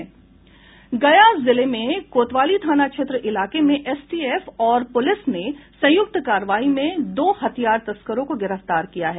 गया जिले में कोतवाली थाना क्षेत्र इलाके में एसटीएफ और पुलिस ने संयुक्त कार्रवाई में दो हथियार तस्करों को गिरफ्तार किया है